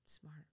Smart